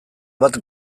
bat